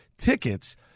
tickets